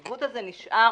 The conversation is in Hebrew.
העיוות הזה נשאר